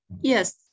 Yes